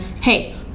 hey